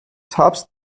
tops